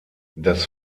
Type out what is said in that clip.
das